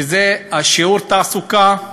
שיעור התעסוקה,